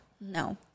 no